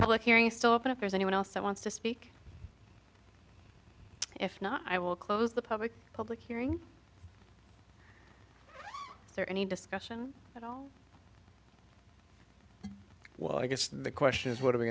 public hearing stop that there's anyone else that wants to speak if not i will close the public public hearing there any discussion at all well i guess the question is what are we